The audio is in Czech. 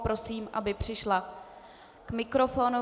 Prosím, aby přišla k mikrofonu.